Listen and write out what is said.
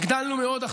עכשיו הגדלנו מאוד,